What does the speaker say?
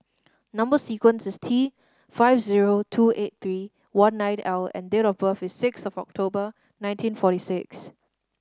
number sequence is T five zero two eight three one nine L and date of birth is six of October nineteen forty six